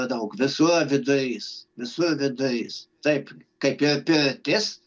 daug visur vidurys visur vidurys taip kaip ir pirtis